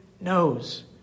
knows